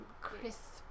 crisp